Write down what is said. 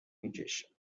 میکشه